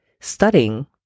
studying